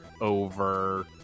over